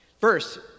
First